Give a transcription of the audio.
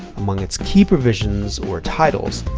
among its key provisions or titles,